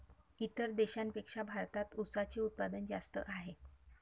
इतर देशांपेक्षा भारतात उसाचे उत्पादन जास्त आहे